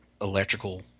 electrical